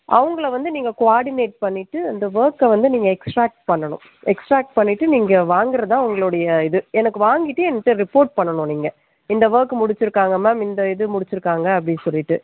அவங்களை வந்து நீங்கள் குவார்டினேட் பண்ணிகிட்டு இந்த வொர்க்கை வந்து நீங்கள் எஸ்ட்ராக்ட் பண்ணனும் எஸ்ட்ராக்ட் பண்ணிவிட்டு நீங்கள் வாங்குறதா உங்களுடைய இது எனக்கு வாங்கிட்டு என்கிட்ட ரிப்போர்ட் பண்ணனும் நீங்கள் இந்த வொர்க் முடிச்சிருக்காங்க மேம் இந்த இது முடிச்சிருக்காங்க அப்படினு சொல்லிவிட்டு